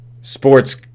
sports